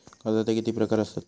कर्जाचे किती प्रकार असात?